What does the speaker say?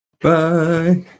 Bye